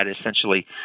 essentially